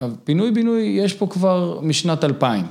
פינוי בינוי יש פה כבר משנת אלפיים.